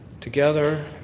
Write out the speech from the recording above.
together